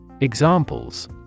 Examples